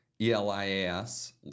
E-L-I-A-S